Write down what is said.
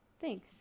thanks